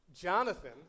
Jonathan